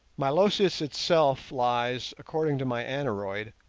milosis itself lies, according to my aneroid,